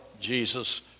Jesus